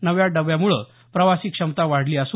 नव्या डब्ब्याम्ळे प्रवासी क्षमता वाढली आहे